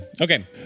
Okay